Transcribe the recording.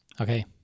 okay